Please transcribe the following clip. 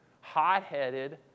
hot-headed